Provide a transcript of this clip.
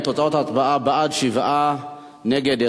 תוצאות ההצבעה: שבעה בעד, אחד נגד.